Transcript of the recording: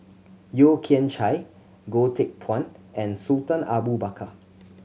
Yeo Kian Chye Goh Teck Phuan and Sultan Abu Bakar